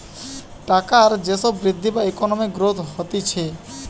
টাকার যে সব বৃদ্ধি বা ইকোনমিক গ্রোথ হতিছে